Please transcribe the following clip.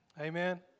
Amen